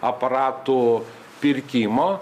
aparatų pirkimo